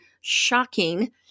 shocking